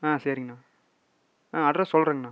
ஆ சரிங்கணா ஆ அட்ரஸ் சொல்றறேங்கணா